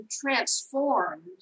transformed